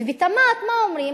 ובתמ"ת מה אומרים?